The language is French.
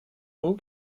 mot